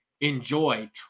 enjoy